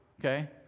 Okay